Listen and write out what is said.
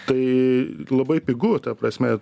tai labai pigu ta prasme